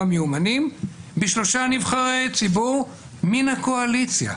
מיומנים בשלושה נבחרי ציבור מן הקואליציה.